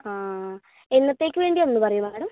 ആ എന്നത്തേക്ക് വേണ്ടിയാണെന്നൊന്ന് പറയൂ മേഡം